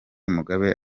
mugabe